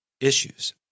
issues